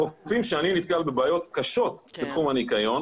חופים שאני נתקל בבעיות קשות בתחום הניקיון